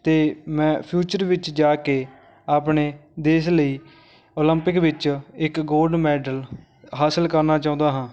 ਅਤੇ ਮੈਂ ਫਿਊਚਰ ਵਿੱਚ ਜਾ ਕੇ ਆਪਣੇ ਦੇਸ਼ ਲਈ ਓਲੰਪਿਕ ਵਿੱਚ ਇੱਕ ਗੋਲਡ ਮੈਡਲ ਹਾਸਲ ਕਰਨਾ ਚਾਹੁੰਦਾ ਹਾਂ